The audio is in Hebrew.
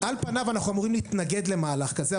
על פניו אנחנו אמורים להתנגד למהלך כזה,